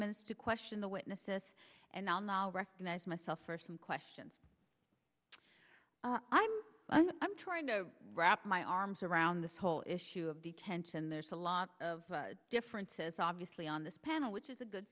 minutes to question the witnesses and on the recognize myself for some questions i'm i'm trying to wrap my arms around this whole issue of detention there's a lot of differences obviously on this panel which is a good